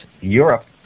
Europe